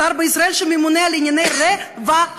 שר בישראל שממונה על ענייני רווחה.